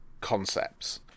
concepts